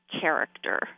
character